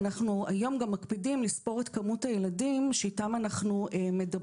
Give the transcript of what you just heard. אנחנו היום גם מקפידים לספור את כמות הילדים שאיתם אנחנו מדברים.